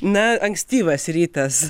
na ankstyvas rytas